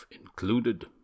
included